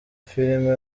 filime